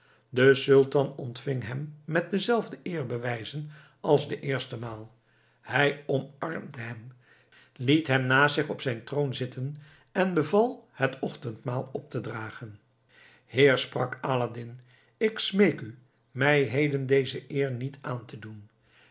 de sultan ontving hem met dezelfde eerbewijzen als de eerste maal hij omarmde hem liet hem naast zich op zijn troon zitten en beval het ochtendmaal op te dragen heer sprak aladdin ik smeek u mij heden deze eer niet aan te doen